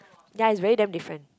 ya it's very damn different